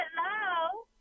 Hello